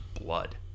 blood